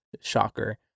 shocker